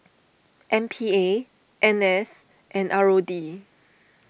M P A N S and R O D